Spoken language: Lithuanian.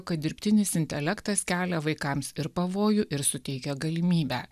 kad dirbtinis intelektas kelia vaikams ir pavojų ir suteikia galimybę